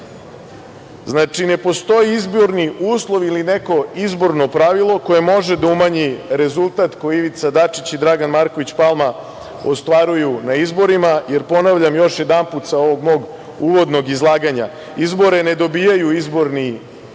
JS.Znači, ne postoji izborni uslov ili neko izborno pravilo koje može da umanji rezultat koji Ivica Dačić i Dragan Marković Palma ostvaruju na izborima, jer, ponavljam još jedanput sa ovog mog uvodnog izlaganja, izbore ne dobijaju izborni zakoni,